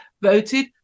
voted